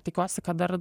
tikiuosi kad dar